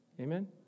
amen